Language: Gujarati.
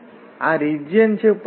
આ રીજીયન છે પરંતુ 0 સિવાયનો છે